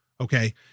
Okay